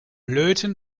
löten